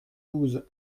douze